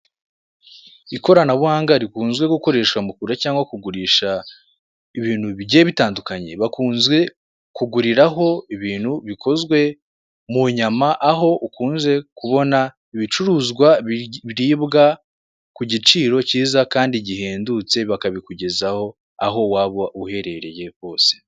Ikoranabuhanga rikunzezwe gukoreshwa mu kugura cyangwa kugurisha ibintu bigiye bitandukanye bakunze kuguriraho ibintu bikozwe mu nyama aho ukunze kubona ibicuruzwa biribwa ku giciro cyiza kandi gihendutse bakabikugezaho aho waba uherereye hose.